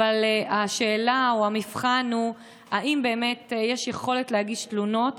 אבל השאלה או המבחן הם אם יש יכולת להגיש תלונות,